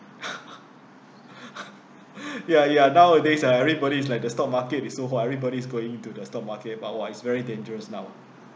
ya ya nowadays like everybody is like the stock market is so hot everybody is going to the stock market but !wah! it's very dangerous now